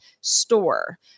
store